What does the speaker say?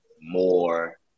more